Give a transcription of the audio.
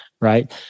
right